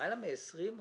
למעלה מ-20 עובדים חרדים?